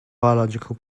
biological